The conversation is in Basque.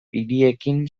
hiriekin